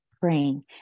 praying